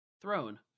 Throne